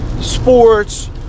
sports